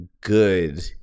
good